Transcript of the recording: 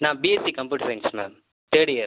நான் BSc computer science ma'am third year